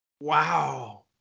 wow